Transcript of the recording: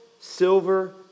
silver